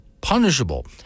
punishable